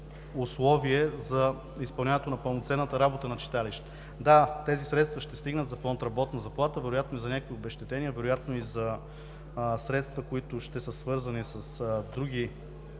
Да, тези средства ще стигнат за фонд „Работна заплата“, вероятно за някакви обезщетения и за средства, които ще са свързани с други разходи